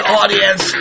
audience